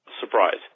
surprise